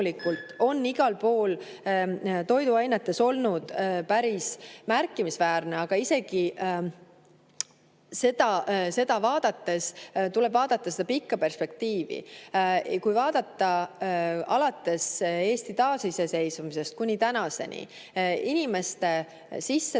on igal pool toiduainetes olnud päris märkimisväärne, aga isegi seda vaadates tuleb vaadata pikka perspektiivi. Kui vaadata alates Eesti taasiseseisvumisest kuni tänaseni, inimeste